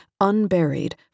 unburied